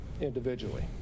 individually